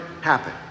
happen